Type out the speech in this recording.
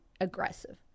aggressive